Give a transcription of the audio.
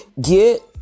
get